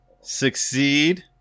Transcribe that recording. succeed